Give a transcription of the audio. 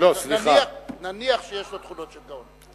נניח שיש לו תכונות של גאון.